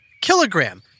kilogram